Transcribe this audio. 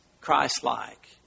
Christ-like